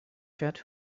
fährt